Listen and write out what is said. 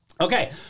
Okay